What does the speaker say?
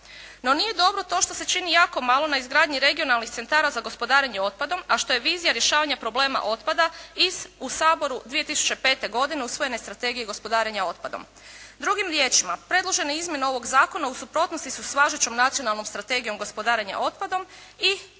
No nije dobro to što se čini jako malo na izgradnji regionalnih centara za gospodarenje otpadom a što je vizija rješavanja problema otpada iz u Saboru 2005. godine usvojene Strategije gospodarenja otpadom. Drugim riječima, predložene izmjene ovog zakona u suprotnosti su s važećom Nacionalnom strategijom gospodarenja otpadom i